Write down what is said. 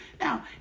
Now